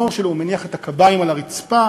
מניח את הקביים על הרצפה.